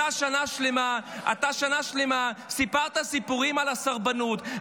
שנה שלמה סיפרת סיפורים על הסרבנות,